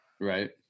right